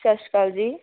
ਸਤਿ ਸ਼੍ਰੀ ਅਕਾਲ ਜੀ